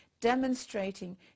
demonstrating